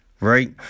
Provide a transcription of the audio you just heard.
right